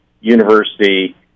university